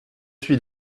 suis